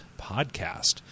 podcast